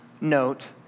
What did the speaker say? note